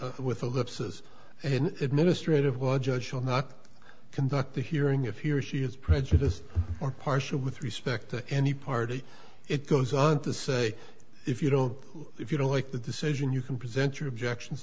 is an administrative law judge will not conduct the hearing if he or she is prejudiced or partial with respect to any party it goes on to say if you don't if you don't like the decision you can present your objections